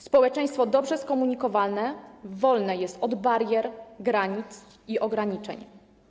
Społeczeństwo dobrze skomunikowane wolne jest od barier, granic i ograniczeń.